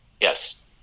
Yes